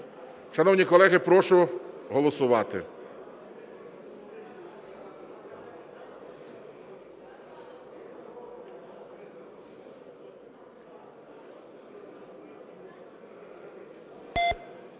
Шановні колеги, прошу голосувати.